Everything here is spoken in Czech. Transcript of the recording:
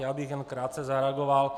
Já bych jen krátce zareagoval.